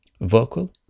vocal